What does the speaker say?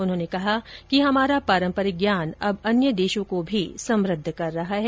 उन्होंने कहा कि हमारा पारंपरिक ज्ञान अब अन्य देशों को भी समृद्ध कर रहा है